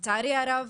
לצערי הרב